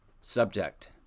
Subject